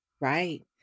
right